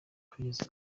kugeza